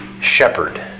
shepherd